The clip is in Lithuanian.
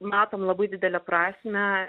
matom labai didelę prasmę